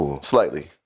Slightly